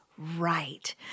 Right